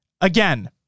Again